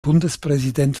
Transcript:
bundespräsident